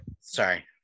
Sorry